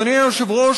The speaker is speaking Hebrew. אדוני היושב-ראש,